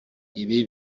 ibi